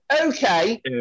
Okay